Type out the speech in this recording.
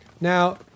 Now